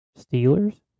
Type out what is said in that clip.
Steelers